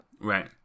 Right